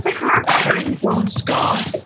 to clarify. herringbone scarf.